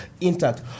intact